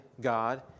God